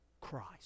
Christ